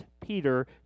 Peter